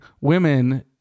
women